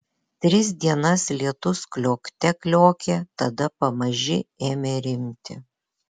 tris dienas lietus kliokte kliokė tada pamaži ėmė rimti